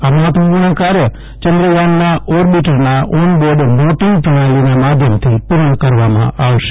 આ મહત્વપુર્ણ કાર્ય ચંદ્રયાનના ઓર બિટરના ઓનબોર્ડ નોટિંગ પ્રણાલિના માધ્યમથી પુર્ણ કરવામાં આવશે